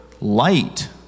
light